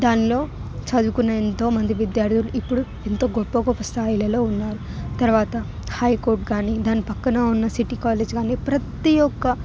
దానిలో చదువుకున్న ఎంతోమంది విద్యార్థులు ఇప్పుడు ఎంతో గొప్ప గొప్ప స్థాయిలలో ఉన్నారు తర్వాత హైకోర్టు కాని దాని పక్కన ఉన్న సిటీ కాలేజ్ కాని ప్రతి ఒక్క